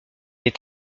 est